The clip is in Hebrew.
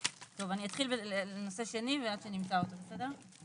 טוב, אני אתחיל בנושא השני עד שנמצא אותו, בסדר?